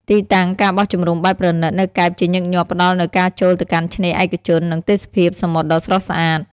ទីតាំង ការបោះជំរំបែបប្រណីត នៅកែបជាញឹកញាប់ផ្តល់នូវការចូលទៅកាន់ឆ្នេរឯកជន និងទេសភាពសមុទ្រដ៏ស្រស់ស្អាត។